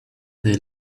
they